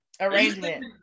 Arrangement